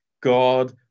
God